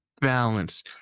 balance